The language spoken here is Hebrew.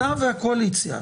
אתה והקואליציה.